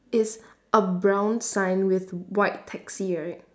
is a brown sign with white taxi right